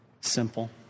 simple